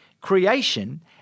creation